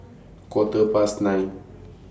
Quarter Past nine